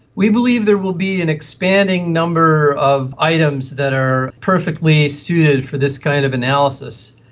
we believe there will be an expanding number of items that are perfectly suited for this kind of analysis,